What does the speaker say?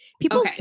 people